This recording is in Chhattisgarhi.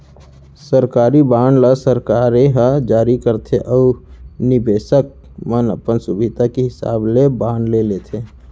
सरकारी बांड ल सरकारे ह जारी करथे अउ निबेसक मन अपन सुभीता के हिसाब ले बांड ले लेथें